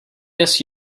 yes